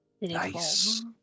Nice